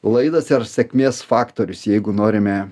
laidas ar sėkmės faktorius jeigu norime